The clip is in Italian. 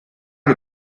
che